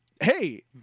Hey